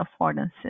affordances